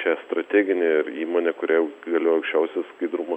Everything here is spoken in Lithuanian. čia strateginė ir įmonė kuriai jau galioja aukščiausia skaidrumo